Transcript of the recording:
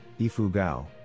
Ifugao